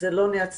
זה לא נעצר.